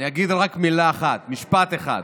אני אגיד רק משפט אחד: